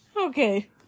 Okay